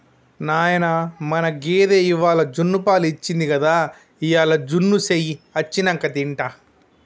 నాయనా మన గేదె ఇవ్వాల జున్నుపాలు ఇచ్చింది గదా ఇయ్యాల జున్ను సెయ్యి అచ్చినంక తింటా